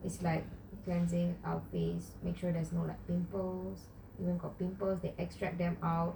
it's like cleansing our face make sure there's no like pimples even got pimples they extract them out